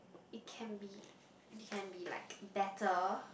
it can be it can be like better